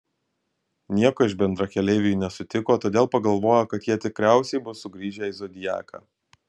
nieko iš bendrakeleivių ji nesutiko todėl pagalvojo kad jie tikriausiai bus sugrįžę į zodiaką